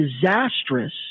disastrous